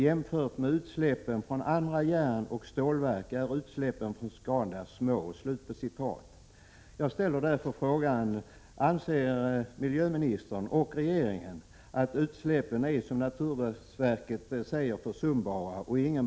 Jämfört med utsläppen från andra järnoch stålverk är utsläppen från Scandust små.” pen är, som naturvårdsverket säger, försumbara och att ingen behöver vara — Prot. 1986/87:102 ängslig?